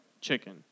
Chicken